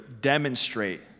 demonstrate